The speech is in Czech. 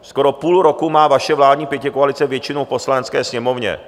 Skoro půl roku má vaše vládní pětikoalice většinu v Poslanecké sněmovně.